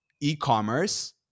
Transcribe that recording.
e-commerce